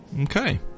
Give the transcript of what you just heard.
Okay